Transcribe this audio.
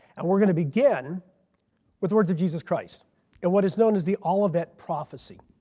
and we are going to begin with the words of jesus christ in what is known as the olivet prophecy.